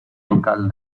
local